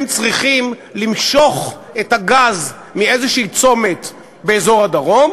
הם צריכים למשוך את הגז מאיזשהו צומת באזור הדרום.